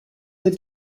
del